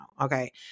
Okay